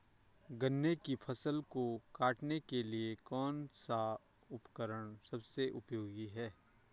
गन्ने की फसल को काटने के लिए कौन सा उपकरण सबसे उपयोगी है?